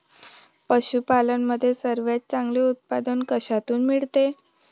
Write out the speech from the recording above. पशूपालन मध्ये सर्वात चांगले उत्पादन कशातून मिळते?